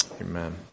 Amen